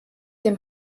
dem